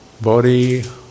body